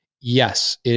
Yes